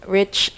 rich